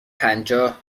پنجاه